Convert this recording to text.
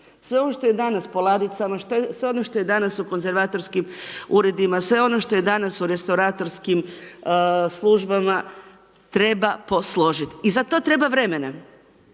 sve ovo što je danas po ladicama, sve ono što je danas u konzervatorskim uredima, sve ono što je danas u restauratorskim službama treba posložiti. I za to treba vremena.